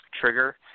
trigger